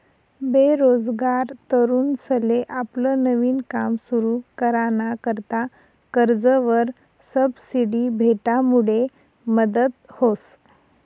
बेरोजगार तरुनसले आपलं नवीन काम सुरु कराना करता कर्जवर सबसिडी भेटामुडे मदत व्हस